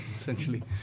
essentially